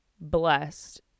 blessed